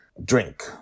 drink